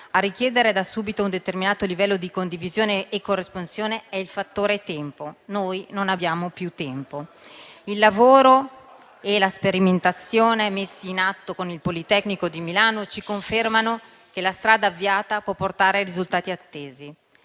A richiedere da subito un determinato livello di condivisione e corresponsione è il fattore tempo: noi non abbiamo più tempo. Il lavoro e la sperimentazione messi in atto con il Politecnico di Milano ci confermano che la strada avviata può portare ai risultati attesi.